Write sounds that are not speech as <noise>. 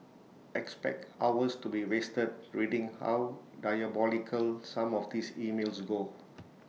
expect hours to be wasted <noise> reading how diabolical some of these emails go